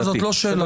לא שאלה.